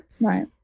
Right